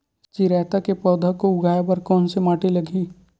चिरैता के पौधा को उगाए बर कोन से माटी लगही?